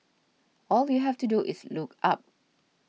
all you have to do is look up